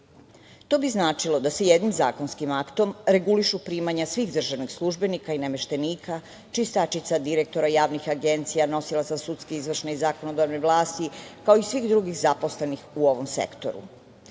bi značilo da se jednim zakonskim aktom regulišu primanja svih državnih službenika i nameštenika, čistačica, direktora javnih agencija, nosilaca sudske, izvršne i zakonodavne vlasti, kao i svih drugih zaposlenih u ovom sektoru.